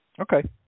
Okay